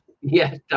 Yes